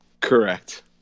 Correct